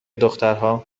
دخترها